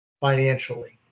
financially